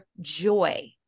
joy